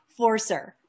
Forcer